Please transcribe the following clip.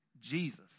Jesus